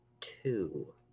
Two